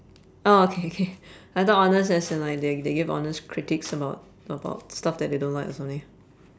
orh K K I thought honest as in like they they give honest critiques about about stuff that they don't like or something